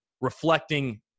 reflecting